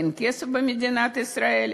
אין כסף במדינת ישראל?